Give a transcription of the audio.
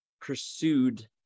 pursued